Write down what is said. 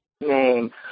name